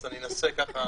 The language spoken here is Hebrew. אז אני אנסה לדבר בקצרה.